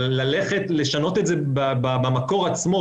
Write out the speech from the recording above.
אבל לשנות את זה במקור עצמו,